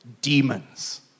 demons